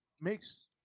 makes